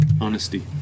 honesty